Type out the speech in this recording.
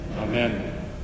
Amen